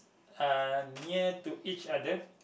are near to each other